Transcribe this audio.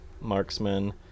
marksman